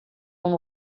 uma